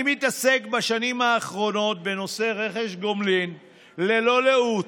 אני מתעסק בשנים האחרונות בנושא רכש גומלין ללא לאות,